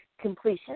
completion